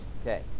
okay